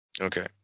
Okay